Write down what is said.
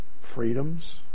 freedoms